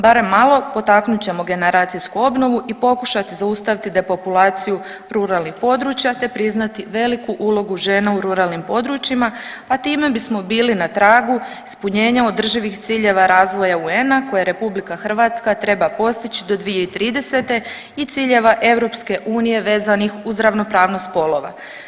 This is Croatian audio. Barem malo potaknut ćemo generacijsku obnovu i pokušati zaustaviti depopulaciju ruralnih područja te priznati veliku ulogu žena u ruralnim područjima, a time bismo bili na tragu ispunjenja održivih ciljeva razvoja UN-a koje Republika Hrvatska treba postići do 2030. i ciljeva Europske unije vezanih uz ravnopravnost spolova.